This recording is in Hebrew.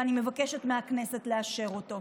ואני מבקשת מהכנסת לאשר אותו.